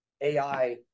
AI